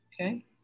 Okay